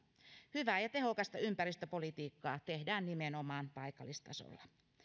hyvää ja tehokasta ympäristöpolitiikkaa tehdään nimenomaan paikallistasolla